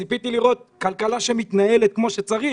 ציפיתי לראות כלכלה שמתנהלת כמו שצריך,